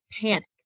panicked